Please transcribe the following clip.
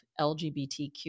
LGBTQ